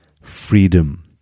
freedom